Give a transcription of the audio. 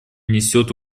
несет